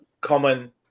common